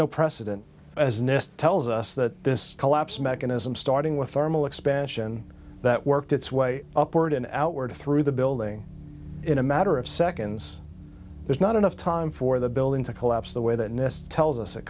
no precedent as nist tells us that this collapse mechanism starting with thermal expansion that worked its way up toward an outward through the building in a matter of seconds there's not enough time for the building to collapse the way that nest tells us